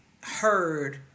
heard